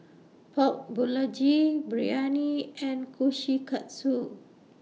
Pork Biryani and Kushikatsu